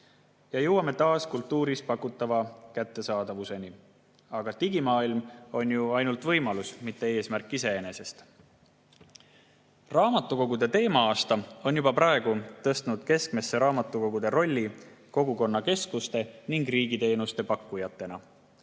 jõuame taas kultuuris pakutava kättesaadavuseni. Aga digimaailm on ju ainult võimalus, mitte eesmärk iseenesest. Raamatukogude teema-aasta on juba praegu tõstnud keskmesse raamatukogude rolli kogukonnakeskustena ning riigiteenuste pakkujatena.